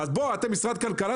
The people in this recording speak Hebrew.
אתם משרד הכלכלה?